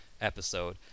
episode